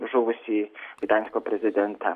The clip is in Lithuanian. žuvusį gdansko prezidentą